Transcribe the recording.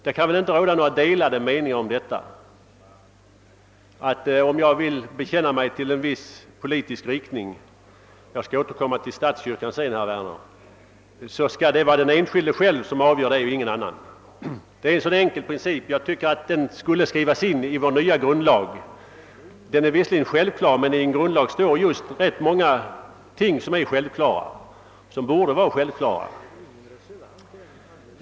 Det kan väl inte råda några delade meningar om att när det gäller att bekänna sig till en viss politisk riktning — jag skall återkomma till statskyrkan sedan, herr Werner — skall det vara den enskilde själv som fattar avgörandet och ingen annan. Det är en enkel princip och jag tycker att den skulle skrivas in i vår nya grundlag. Den är visserligen självklar, men i en grundlag står rätt många ting som är eller borde vara självklara.